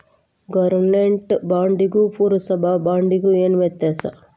government ಬಾಂಡಿಗೂ ಪುರ್ಸಭಾ ಬಾಂಡಿಗು ಏನ್ ವ್ಯತ್ಯಾಸದ